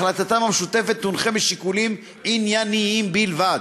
החלטתם המשותפת תונחה משיקולים ענייניים בלבד.